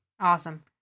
Awesome